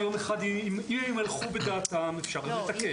אם הם יימלכו בדעתם אפשר לתקן.